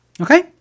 Okay